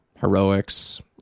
Heroics